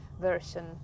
version